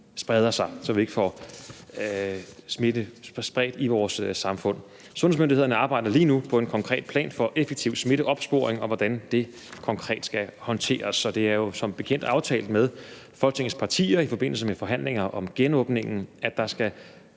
for at smitten ikke spreder sig i vores samfund. Sundhedsmyndighederne arbejder lige nu på en konkret plan for effektiv smitteopsporing, og hvordan det konkret skal håndteres. Det er jo som bekendt aftalt med Folketingets partier i forbindelse med forhandlinger om genåbningen, at der skal